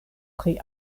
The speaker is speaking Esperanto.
pri